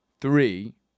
three